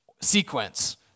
sequence